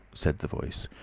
said the voice.